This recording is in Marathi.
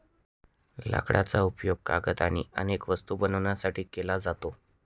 लाकडाचा उपयोग कागद आणि अनेक वस्तू बनवण्यासाठी केला जातो